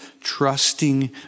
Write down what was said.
trusting